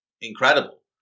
incredible